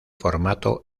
formato